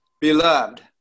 Beloved